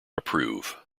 approve